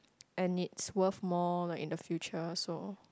and it's worth more like in the future so